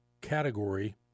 category